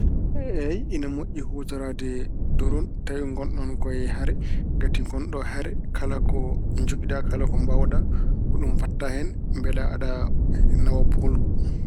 Eey, ene moƴƴi huutoraade doron tawi ngonɗon ko e hare. Ngati gonɗo e hare, kala ko njogiɗa, kala ko mbaawɗa, ko ɗum mbaɗta hen mbele aɗa nawa poolgu.